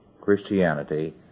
Christianity